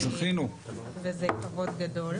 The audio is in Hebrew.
וזה כבוד גדול.